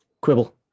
Quibble